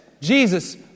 Jesus